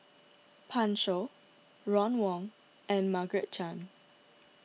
Pan Shou Ron Wong and Margaret Chan